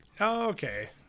Okay